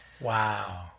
Wow